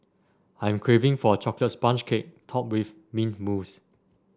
I am craving for a chocolate sponge cake topped with mint mousse